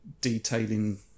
detailing